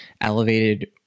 elevated